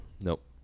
Nope